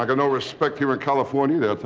like no respect here in california either